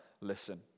listen